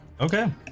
Okay